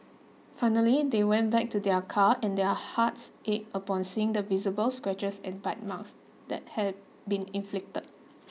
finally they went back to their car and their hearts ached upon seeing the visible scratches and bite marks that had been inflicted